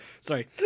Sorry